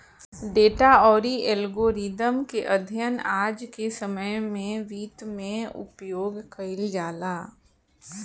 data अउरी algorithm के अध्ययन आज के समय में वित्त में उपयोग कईल जाला